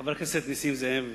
חבר הכנסת נסים זאב,